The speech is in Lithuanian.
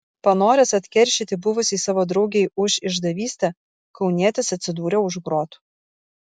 panoręs atkeršyti buvusiai savo draugei už išdavystę kaunietis atsidūrė už grotų